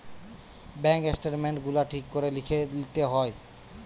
bank statement গুলা ঠিক করে লিখে লিতে হয়